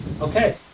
Okay